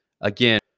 again